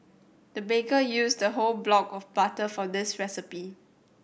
the baker used a whole block of butter for this recipe